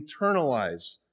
internalize